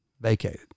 vacated